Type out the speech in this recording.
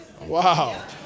Wow